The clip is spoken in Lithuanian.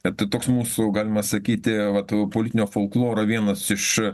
a tai toks mūsų galima sakyti vat politinio folkloro vienas iš